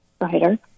writer